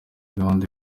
gahunda